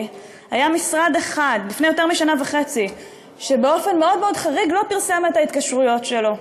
היה משרד אחד שבאופן מאוד מאוד חריג לא פרסם את ההתקשרויות שלו,